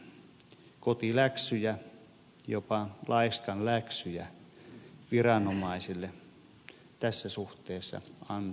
kotiläksyjä jopa laiskanläksyjä viranomaisille tässä suhteessa antaisin